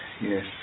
Yes